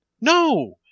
No